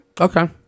Okay